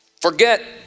Forget